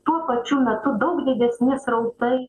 tuo pačiu metu daug didesni srautai